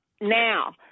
Now